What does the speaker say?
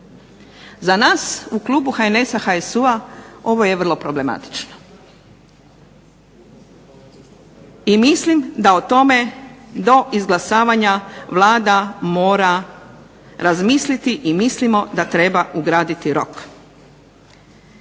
Za nas u klubu HNS-a, HSU-a ovo je vrlo problematično i mislim da o tome do izglasavanja Vlada mora razmisliti i mislimo da treba ugraditi rok.